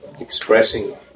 expressing